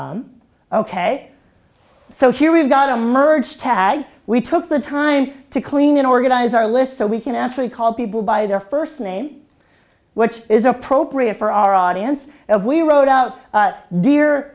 ok so here we've got a merge tag we took the time to clean and organize our list so we can actually call people by their first name which is appropriate for our audience and we wrote out dear